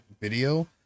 video